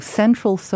central